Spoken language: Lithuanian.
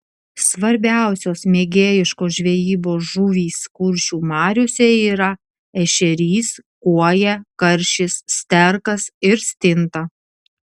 svarbiausios mėgėjiškos žvejybos žuvys kuršių mariose yra ešerys kuoja karšis sterkas ir stinta